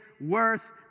worth